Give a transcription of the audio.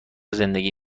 زندگی